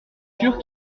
sûr